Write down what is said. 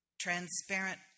Transparent